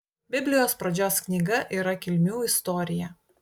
biblijos pradžios knyga yra kilmių istorija